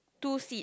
two seat